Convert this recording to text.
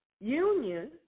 Union